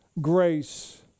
grace